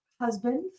husband